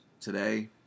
today